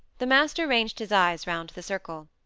the master ranged his eyes round the circle.